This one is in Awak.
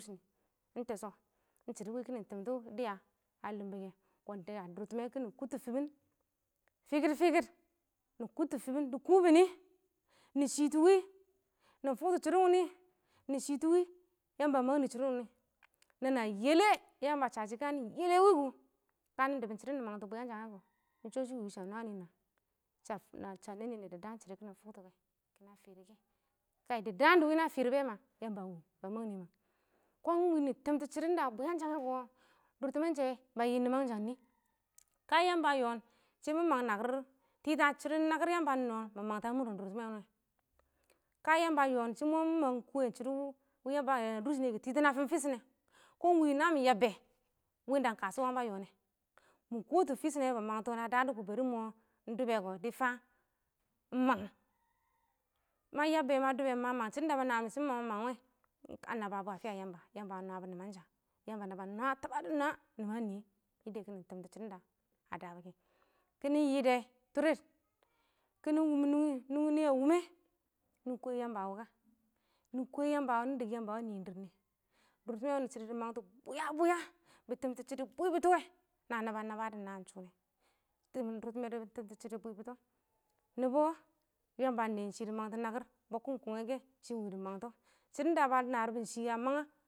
ɪng tɛshʊ ɪng shɪdɔ wɪ kɪnɪ tɪmtɔ dɪya a lɪmbɔ kɛ, kɔn dɪya dʊrtɪmɛ kɪnɪ, kʊttʊ fɪbɪn fɪkɪd fɪkɪd nɪ kʊttʊ fɪbɪn dɪ kubini nɪ shɪtʊ wɪ nɪ fʊktɔ shɪdɔ wɪnɪ, nɪ shɪtʊ wɪ nɪ yamba a mangnɪ shɪdɔ wɪnɪ na na na yɛlɛ, yamba a sha shɪ ka nɪ yɛlɛ wɪ kʊ kanɪ dɪbʊn shɪdɔ nɪ mangtɔ bwɪyangshang wɛ kɔ ɪng shɔ shɪ wɪ sha nwam nwa, sha nɛɛn nɛb dɪ daan shɪdɔ kɪnɪ fʊktɔ kɛ na fɪrk, kaɪ dɪ daan dɪ wɪ na fɪɪr bɛ ma, yamba ɪng wɪ ma mangnɪ mang, kɔn wɪnɪ tɪmtɔ shɪdɔ da bwɪyangshangɛ kɔ, durtɪmɛn shɛ ba yɪ nɪmansha nɪ ka yamba a yoom shɪ mang nakɪr tɪta shɪdɔn nakɪr yamba nɛɛn nɪ mangtɔ a mʊr dʊrtɪmɛ wɪ nɪ wɔ, ka yamba yoon shɪ mɔ mɪ mang kʊwɛn shɪdɔ ba dʊrshɪnɪ kʊ tɪtɪ a dʊr fɪshɪnɛ, kɔn ɪng wɪ namɪ yabbɛ wɪ ɪng da ɪng kashɔ wanghɪn ba yoon nɛ, mɪ kɔtʊ fɪshʊ nɛ bɪ mang tɔ na dadɔ ɪng mɔ ɪng dʊbɛ kɔ dɪ fa ɪng mangh, ma yabbɛ ma dʊbɛ ma mang shɪdɔ da ba naan shɪn ɪng mɔ mangwe a nababɔ a fɪya yamba a nwabɔ nɪmansha, yamba naba tabadɔ nwa nɪman nɪyɛ kɪnɪ tɔmtʊ shɪdɔn da a dabɔ kɛ kɪnɪ yɪ dɛ tʊrɪd kɪnɪ wʊm nunghin nɪyɛ, nughin nɪyɛ a wʊmɛ nɪ kwɛ yamba wʊ ka nɪ kwɛ yamba nɪ dɪk yamba a nɪɪn dɪrr nɪyɛ, durtɪmɛ wɪnɪ shɪdɔ dɪ mangtɔ bwɪya bwɪya bɪ tɪmtɔ shɪdɔ bwɪbɪtɔ wɛ na naba nabadɔ naan shʊnɛ, shɪnɪn dʊrtɪmɛ dɪ tɪmtɔ shɪdɔ bwɪbɪtɔ. Nɪbɔ yamba a nɛ ɪng nakɪr bɔbkɪn kʊngɛ kɛ ɪng shɪ wɪ dɪ mangtɔ, shɪdɔn da ba naar bʊ ɪng shɪ a mang.